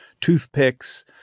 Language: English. toothpicks